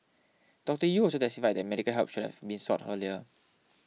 Doctor Yew also testified that medical help should have been sought earlier